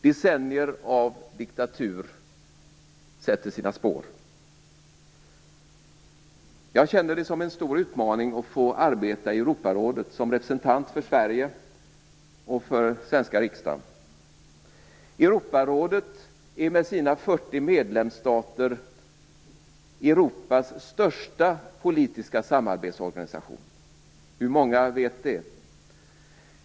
Decennier av diktatur sätter sina spår. Jag känner det som en stor utmaning att få arbeta i Europarådet som representant för Sverige och för den svenska riksdagen. Europarådet är med sina 40 medlemsstater Europas största politiska samarbetsorganisation. Hur många vet det?